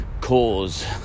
cause